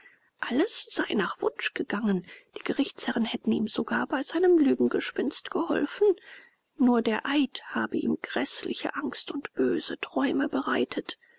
alles sei nach wunsch gegangen die gerichtsherren hätten ihm sogar bei seinem lügengespinst geholfen nur der eid habe ihm häßliche angst und böse träume bereitet